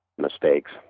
mistakes